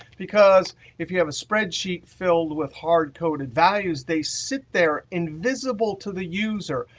because if you have a spreadsheet filled with hardcoded values, they sit there invisible to the user.